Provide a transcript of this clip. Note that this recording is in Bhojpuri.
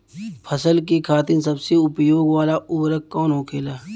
फसल के खातिन सबसे उपयोग वाला उर्वरक कवन होखेला?